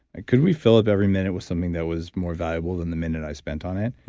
could we fill up every minute with something that was more valuable than the minute i spent on it?